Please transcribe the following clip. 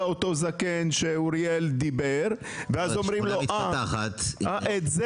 אותו זקן שאוריאל דיבר עליו ואז אומרים לו: את זה